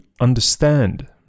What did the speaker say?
understand